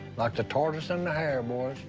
like the tortoise and the hare, boys.